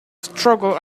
struggle